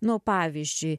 nuo pavyzdžiui